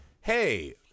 hey